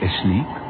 Asleep